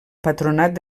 patronat